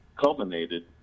culminated